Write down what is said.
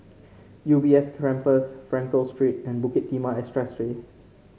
U B S Campus Frankel Street and Bukit Timah